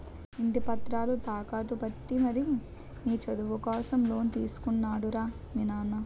ఇంటి పత్రాలు తాకట్టు పెట్టి మరీ నీ చదువు కోసం లోన్ తీసుకున్నాడు రా మీ నాన్న